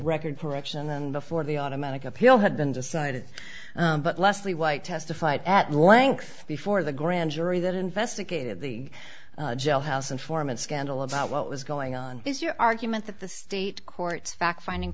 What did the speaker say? record correction and before the automatic appeal had been decided but leslie white testified at length before the grand jury that investigated the jailhouse informant scandal about what was going on is your argument that the state courts fact finding